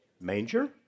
manger